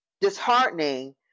disheartening